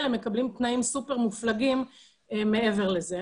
הם מקבלים תנאים סופר מופלגים מעבר לזה.